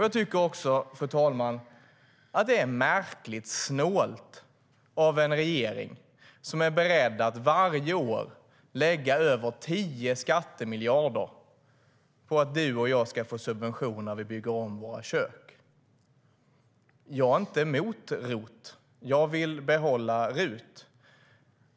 Jag tycker också, fru talman, att det är märkligt snålt av en regering som är beredd att varje år lägga över 10 skattemiljarder på att du och jag ska få subventioner när vi bygger om våra kök. Jag är inte emot ROT, och jag vill behålla RUT.